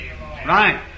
Right